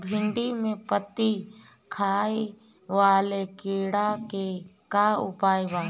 भिन्डी में पत्ति खाये वाले किड़ा के का उपाय बा?